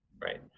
right